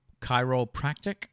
chiropractic